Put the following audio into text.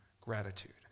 gratitude